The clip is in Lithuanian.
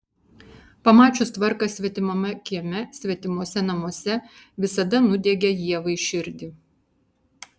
pamačius tvarką svetimame kieme svetimuose namuose visada nudiegia ievai širdį